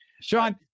Sean